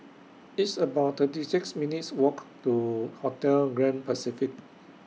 It's about thirty six minutes' Walk to Hotel Grand Pacific